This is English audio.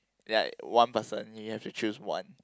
like one person you have to choose one